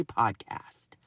podcast